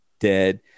dead